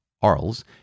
Arles